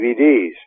DVDs